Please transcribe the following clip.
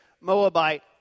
Moabite